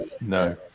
No